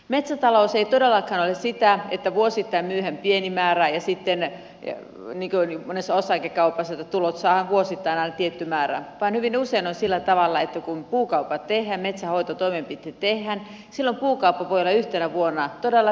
metsätalous ei todellakaan ole sitä että vuosittain myydään pieni määrä ja sitten niin kuin monessa osakekaupassa tuloja saadaan vuosittain aina tietty määrä vaan hyvin usein on sillä tavalla että kun puukaupat tehdään metsänhoitotoimenpiteet tehdään silloin puukauppa voi olla yhtenä vuonna todella suurikin